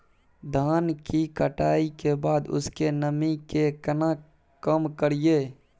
धान की कटाई के बाद उसके नमी के केना कम करियै?